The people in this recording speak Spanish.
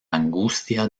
angustia